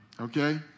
okay